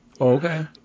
Okay